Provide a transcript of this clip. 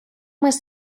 was